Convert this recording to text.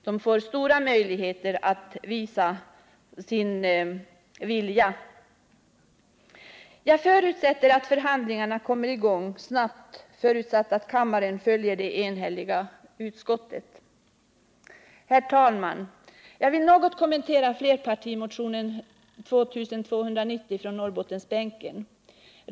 De får då stora möjligheter att visa sin vilja. Jag förutsätter att förhandlingarna kommer i gång snabbt — förutsatt att kammaren följer det enhälliga utskottets förslag. Herr talman! Jag vill något kommentera flerpartimotionen 2290 från Norrbottensbänken.